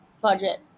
budget